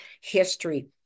history